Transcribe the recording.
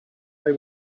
they